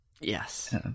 Yes